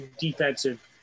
defensive